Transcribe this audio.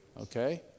okay